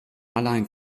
allein